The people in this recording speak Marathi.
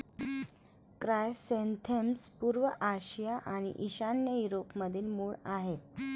क्रायसॅन्थेमम्स पूर्व आशिया आणि ईशान्य युरोपमधील मूळ आहेत